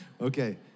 Okay